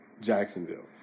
Jacksonville